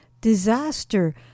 disaster